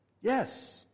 Yes